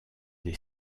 des